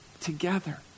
together